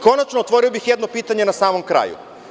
Konačno, otvorio bih jedno pitanje na samom kraju.